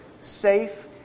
safe